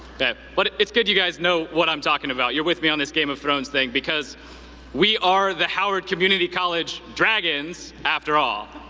but but it's good you guys know what i'm talking about, you're with me on this game of thrones thing because we are the howard community college dragons after all.